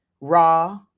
raw